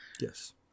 yes